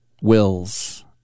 Wills